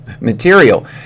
material